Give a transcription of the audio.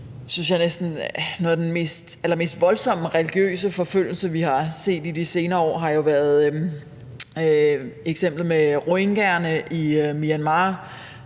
af den allermest voldsomme religiøse forfølgelse, vi har set i de senere år, er eksemplet med rohingyaerne i Myanmar,